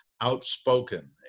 outspoken